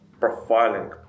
profiling